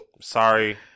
Sorry